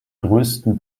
größten